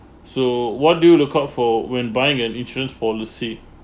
so what do you look out for when buying an insurance policy